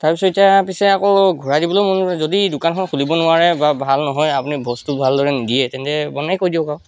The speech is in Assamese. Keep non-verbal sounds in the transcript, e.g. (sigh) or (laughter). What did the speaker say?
তাৰপিছত এতিয়া পিছে আকৌ ঘূৰাই দিবলেও মন (unintelligible) যদি দোকানখন খুলিব নোৱাৰে বা ভাল নহয় আপুনি বস্তু ভালদৰে নিদিয়ে তেন্তে বন্ধয়ে কৰি দিয়ক আৰু